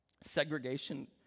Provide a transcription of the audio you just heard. segregation